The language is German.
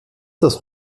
das